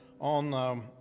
on